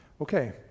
Okay